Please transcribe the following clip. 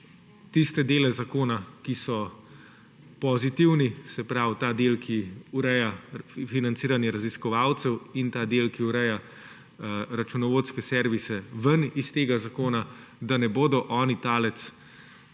tiste dele zakona, ki so pozitivni, se pravi, ta del, ki ureja financiranje raziskovalcev, in ta del, ki ureja računovodske servise, iz tega zakona, da ne bodo oni talec